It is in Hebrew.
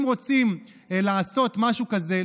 אם רוצים לעשות משהו כזה,